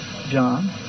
John